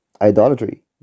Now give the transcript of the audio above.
idolatry